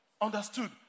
understood